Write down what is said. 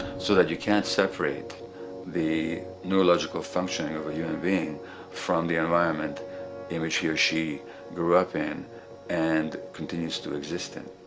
so that you can't separate the neurological functioning of a human being from the environment in which he or she grew up in and continues to exist in.